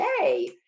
yay